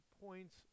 points